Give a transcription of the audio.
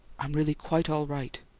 i'm really quite all right.